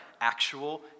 actual